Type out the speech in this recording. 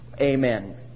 Amen